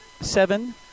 seven